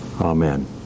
Amen